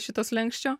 šito slenksčio